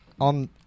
on